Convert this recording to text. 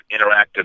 interactive